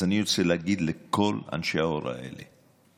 אז אני רוצה להגיד לכל אנשי ההוראה האלה,